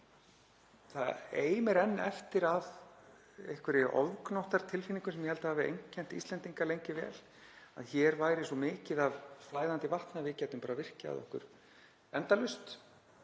Það eimir enn eftir af einhverri ofgnóttartilfinningu sem ég held að hafi einkennt Íslendingar lengi vel, að hér væri svo mikið af flæðandi vatni að við gætum bara virkjað endalaust